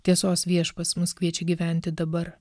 tiesos viešpats mus kviečia gyventi dabar